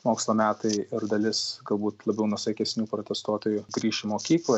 mokslo metai ir dalis galbūt labiau nuosaikesnių protestuotojų grįš į mokyklą